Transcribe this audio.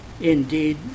indeed